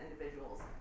individuals